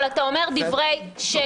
אבל אתה אומר דברי שקר,